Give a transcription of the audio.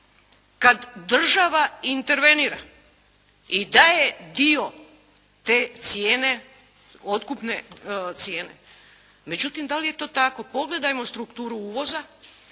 kad država intervenira i daje dio te cijene, otkupne cijene. Međutim, da li je to tako? Pogledajmo strukturu uvoza